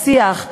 לשיח,